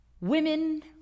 Women